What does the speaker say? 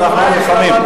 ואנחנו נלחמים.